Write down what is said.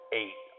eight